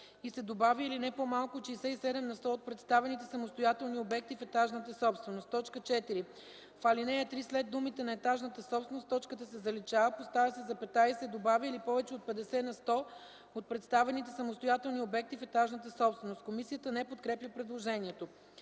и се добавя „или не по-малко от 67 на сто от представените самостоятелни обекти в етажната собственост”. 4. В ал. З след думите „на етажната собственост” точката се заличава, поставя се запетая и се добавя „или повече от 50 на сто от представените самостоятелни обекти в етажната собственост”. Комисията не подкрепя предложението.